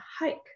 hike